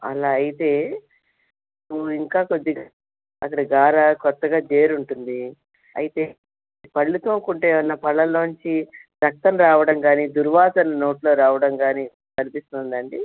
అలా అయితే ఇంకా కొద్దిగా అక్కడ గార కొత్తగా చేరి ఉంటుంది అయితే పళ్ళు తోముకుంటే ఏమైనా పళ్ళల్లో నుంచి రక్తం రావడం కానీ దుర్వాసన నోట్లో రావడం కానీ కనిపిస్తుందా అండి